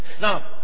Now